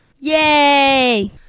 Yay